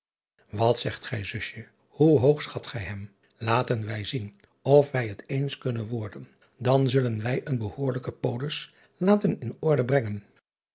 at zegt gij zusje oe hoog schat gij hem aten wij zien of wij het eens kunnen worden dan zullen wij een behoorlijken olus laten in orde brengen